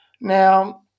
Now